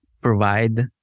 provide